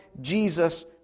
Jesus